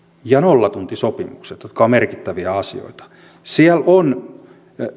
ja nollatuntisopimukset jotka ovat merkittäviä asioita siellä on